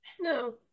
No